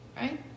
right